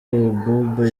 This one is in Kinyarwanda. abouba